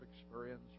experience